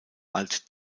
alt